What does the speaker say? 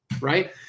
right